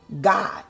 God